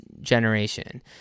generation